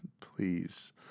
please